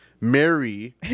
Mary